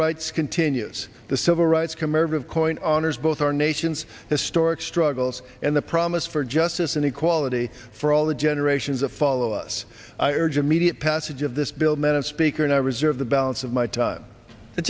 rights continues the civil rights comerford of coin honors both our nation's historic struggles and the promise for justice and equality for all the generations of follow us i urge immediate passage of this bill madam speaker and i reserve the balance of my time the